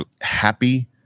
happy